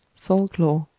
folk-lore,